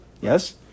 Yes